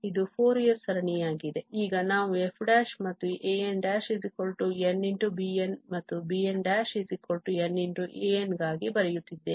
ಇದು ಫೋರಿಯರ್ ಸರಣಿಯಾಗಿದೆ ಈಗ ನಾವು f ಮತ್ತು a'nnbn ಮತ್ತು b'n nan ಗಾಗಿ ಬರೆಯುತ್ತಿದ್ದೇವೆ